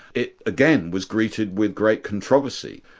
it again was greeted with great controversy.